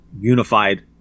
Unified